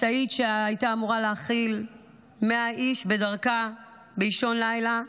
משאית שהייתה אמורה להכיל 100 איש בדרכה למטוס באישון לילה,